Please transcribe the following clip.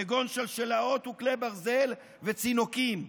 כגון שלשלאות וכלי ברזל וצינוקים.